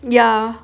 yeah